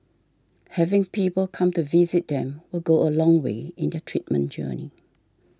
having people come to visit them will go a long way in their treatment journey